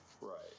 Right